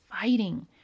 fighting